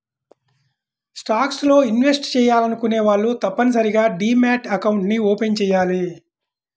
stocks లో invest చెయ్యాలనుకునే వాళ్ళు తప్పనిసరిగా డీమ్యాట్ అకౌంట్ని ఓపెన్ చెయ్యాలి